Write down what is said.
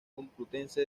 complutense